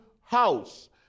house